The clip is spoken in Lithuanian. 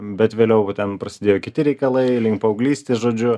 bet vėliau ten prasidėjo kiti reikalai link paauglystės žodžiu